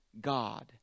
God